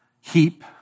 heap